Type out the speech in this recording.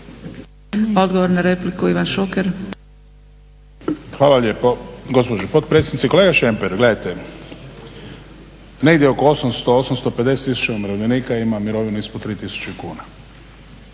Odgovor na repliku, Ivan Šuker. **Šuker, Ivan (HDZ)** Hvala lijepo gospođo potpredsjednice. Kolega Šemper gledajte, negdje oko 800-850 tisuća umirovljenika ima mirovinu ispod 3000.